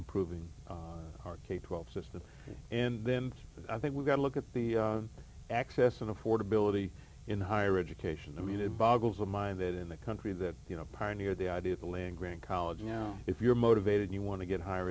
improving our k twelve system and then i think we've got to look at the access and affordability in higher education i mean it boggles the mind that in the country that you know pioneered the idea of a lingering college you know if you're motivated you want to get higher